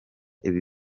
ibi